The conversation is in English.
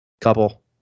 couple